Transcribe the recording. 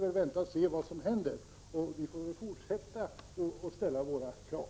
Men nu får vi väl se vad som händer och sedan får vi fortsätta att ställa våra krav.